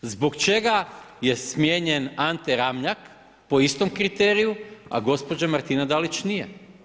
Zbog čega je smijenjen Ante Ramljak po istom kriteriju, a gospođa Martina Dalić nije?